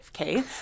Okay